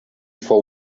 for